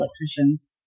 electricians